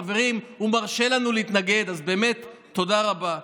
חברים, הוא מרשה לנו להתנגד, אז באמת, תודה רבה.